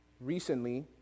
recently